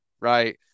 right